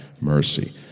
mercy